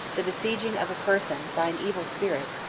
the besieging of a person by an evil spirit,